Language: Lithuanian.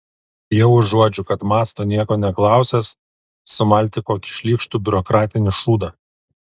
jau užuodžiu kad mąsto nieko neklausęs sumalti kokį šlykštų biurokratinį šūdą